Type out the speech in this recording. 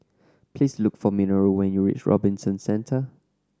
please look for Minoru when you reach Robinson Centre